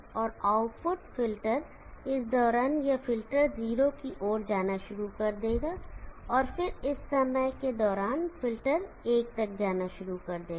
और output filter इस दौरान यह फ़िल्टर 0 की ओर जाना शुरू कर देगा और फिर इस समय के दौरान फ़िल्टर 1 तक जाना शुरू कर देगा